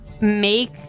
Make